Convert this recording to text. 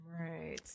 Right